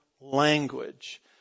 language